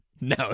no